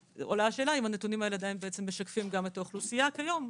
עולה השאלה אם הנתונים האלה עדיין משקפים גם את האוכלוסייה כיום,